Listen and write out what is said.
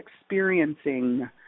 experiencing